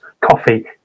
coffee